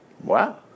Wow